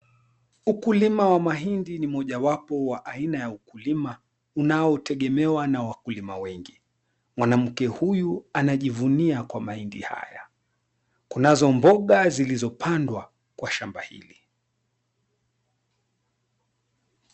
Ukulima wa mahindi ni mojawapo wa aina ya ukulima unaotegemewa na wakulima wengi, mwanamke huyu anajivunia kwa mahindi haya. Kunazo mboga zilizopandwa kwa shamba hili.